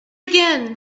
again